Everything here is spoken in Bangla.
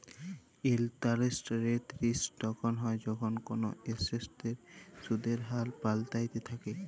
ইলটারেস্ট রেট রিস্ক তখল হ্যয় যখল কল এসেটের সুদের হার পাল্টাইতে থ্যাকে